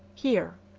here.